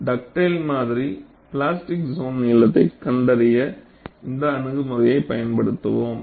Dugdale மாதிரி plastic zone நீளத்தைக் கண்டறிய இந்த அணுகுமுறையைப் பயன்படுத்துவோம்